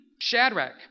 Shadrach